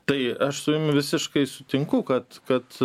tai aš su jum visiškai sutinku kad kad